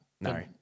No